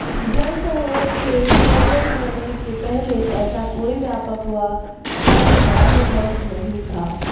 जन सहयोग के सृजन होने के पहले ऐसा कोई व्यापक व सर्वमान्य मंच नहीं था